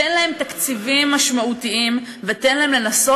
תן להם תקציבים משמעותיים ותן להם לנסות